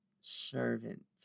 servant